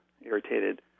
irritated